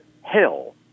Hell